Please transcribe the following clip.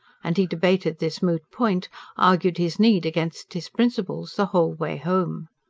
and he debated this moot point argued his need against his principles the whole way home.